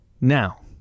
Now